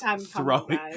throwing